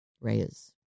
Reyes